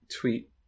tweet